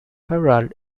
herald